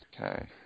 Okay